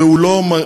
והוא לא,